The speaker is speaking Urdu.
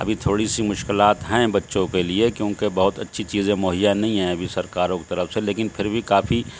ابھی تھوڑی سی مشکلات ہیں بچوں کے لیے کیونکہ بہت اچھی چیزیں مہیا نہیں ہیں ابھی سرکاروں کی طرف سے لیکن پھر بھی کافی